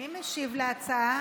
מי משיב להצעה?